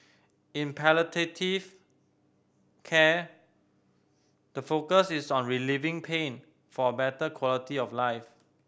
in palliative care the focus is on relieving pain for a better quality of life